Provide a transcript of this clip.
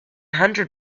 hundred